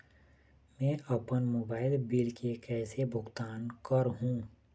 मैं अपन mobile bill के कैसे भुगतान कर हूं?